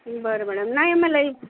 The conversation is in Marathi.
बरं मॅडम नाही मलाही